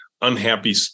unhappy